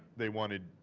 they wanted.